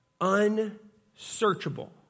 Unsearchable